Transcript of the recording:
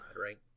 right